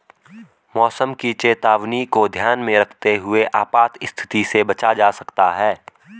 मौसम की चेतावनी को ध्यान में रखते हुए आपात स्थिति से बचा जा सकता है